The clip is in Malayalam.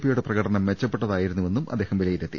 പിയുടെ പ്രകടനം മെച്ചപ്പെട്ടതായിരുന്നുവെന്നും അദ്ദേഹം വിലയിരുത്തി